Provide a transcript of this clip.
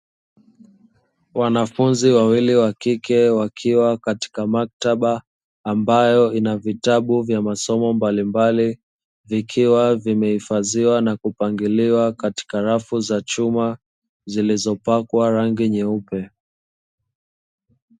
Wanafunzi wawili wakike wakiwa katika maktaba, ambayo ina vitabu vya masomo mbalimbali, vikiwa vimehifadhiwa na kupangiliwa katika rafu za chuma zilizopakwa rangi nyeupe.